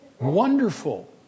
Wonderful